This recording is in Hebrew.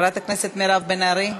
חברת הכנסת מירב בן ארי,